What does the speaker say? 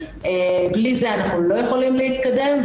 בלי זה אנחנו לא יכולים להתקדם,